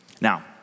Now